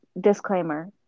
disclaimer